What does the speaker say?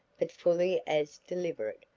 but fully as deliberate,